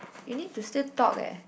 we need to still talk eh